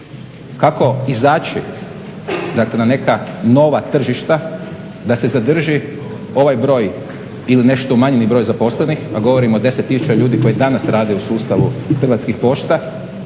kako izaći na neka nova tržišta da se zadrži ovaj broj ili nešto umanjeni broj zaposlenih, a govorimo o 10 tisuća ljudi koji danas rade u sustavu Hrvatskih pošta,